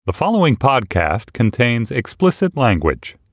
the following podcast contains explicit language